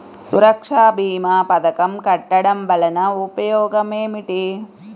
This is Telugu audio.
సురక్ష భీమా పథకం కట్టడం వలన ఉపయోగం ఏమిటి?